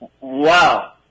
Wow